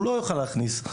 הוא לא יוכל להכניס.